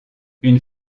une